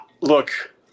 Look